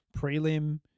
prelim